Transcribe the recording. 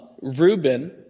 Reuben